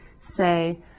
say